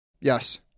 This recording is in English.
Yes